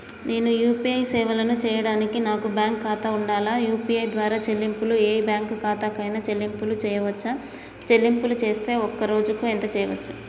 నేను యూ.పీ.ఐ సేవలను చేయడానికి నాకు బ్యాంక్ ఖాతా ఉండాలా? యూ.పీ.ఐ ద్వారా చెల్లింపులు ఏ బ్యాంక్ ఖాతా కైనా చెల్లింపులు చేయవచ్చా? చెల్లింపులు చేస్తే ఒక్క రోజుకు ఎంత చేయవచ్చు?